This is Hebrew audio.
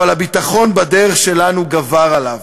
אבל הביטחון בדרך שלנו גבר עליו.